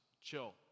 chill